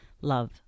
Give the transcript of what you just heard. love